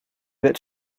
that